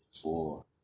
four